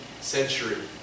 century